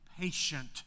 patient